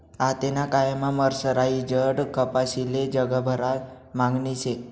आतेना कायमा मर्सराईज्ड कपाशीले जगभरमा मागणी शे